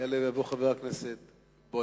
יעלה ויבוא חבר הכנסת בוים.